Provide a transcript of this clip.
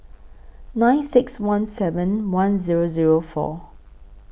nine six one seven one Zero Zero four